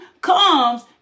comes